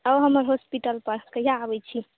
आउ हमर हॉस्पिटलपर कहिया अबय छी